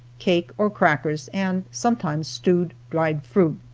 cake or crackers, and sometimes stewed dried fruit.